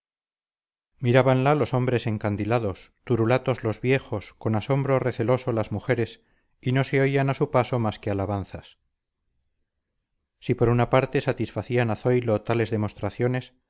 embeleso mirábanla los hombres encandilados turulatos los viejos con asombro receloso las mujeres y no se oían a su paso más que alabanzas si por una parte satisfacían a zoilo tales demostraciones